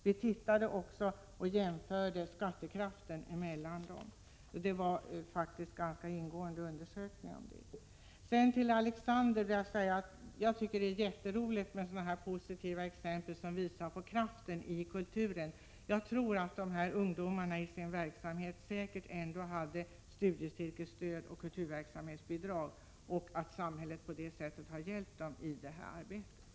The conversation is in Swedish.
Vi jämförde också skattekraften mellan dessa kommuner. Dessa undersökningar var således ganska ingående. Till Alexander Chrisopoulos vill jag säga att det är mycket glädjande att höra om så positiva exempel som visar på kraften i kulturen. Jag tror att dessa ungdomar i sin verksamhet ändå hade studiecirkelstöd och kulturverksamhetsbidrag och att samhället på det sättet har hjälpt dem i det arbetet.